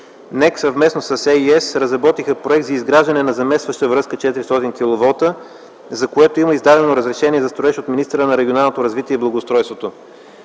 НЕК съвместно с „Ей И Ес” разработиха проект за изграждане на заместваща връзка – 400 киловолта, за което има издадено разрешение за строеж от министъра на регионалното развитие и благоустройството.